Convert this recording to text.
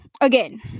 again